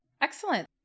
Excellent